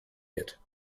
hit